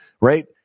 Right